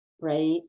Right